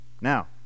Now